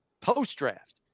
post-draft